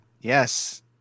Yes